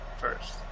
first